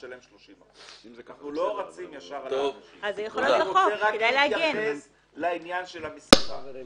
תשלם 30%. אני רוצה להתייחס לעניין של המסירה.